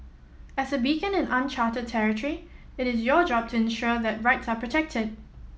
as a beacon in uncharted territory it is your job to ensure that right are protected